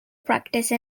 practice